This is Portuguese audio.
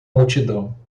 multidão